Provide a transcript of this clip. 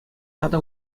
тата